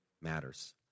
matters